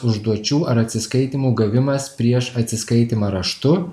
užduočių ar atsiskaitymų gavimas prieš atsiskaitymą raštu